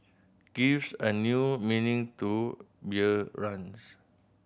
gives a new meaning to beer runs